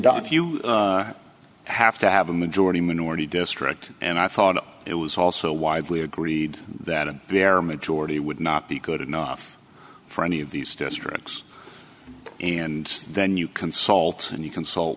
you have to have a majority minority district and i thought it was also widely agreed that a bare majority would not be good enough for any of these districts and then you consult and you consult